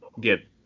get